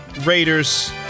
Raiders